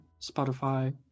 Spotify